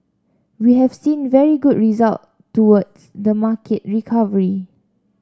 we have seen very good result towards the market recovery